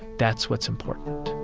that's what's important